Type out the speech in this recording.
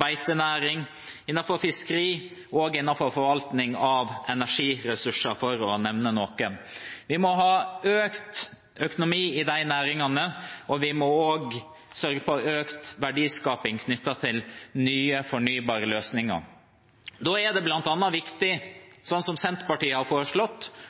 beitenæring og fiskeri og innenfor forvaltning av energiressurser, for å nevne noe. Vi må ha bedre økonomi i disse næringene, og vi må også sørge for økt verdiskaping knyttet til nye, fornybare løsninger. Da er det bl.a. viktig, som Senterpartiet har foreslått,